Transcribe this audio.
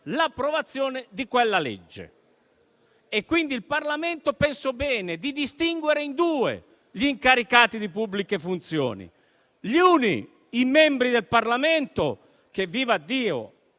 l'approvazione di quella legge. Quindi il Parlamento pensò bene di distinguere in due gli incaricati di pubbliche funzioni. Gli uni, i membri del Parlamento, che - vivaddio